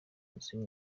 nzu